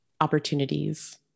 opportunities